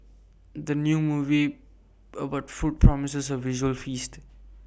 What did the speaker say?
the new movie about food promises A visual feast